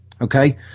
okay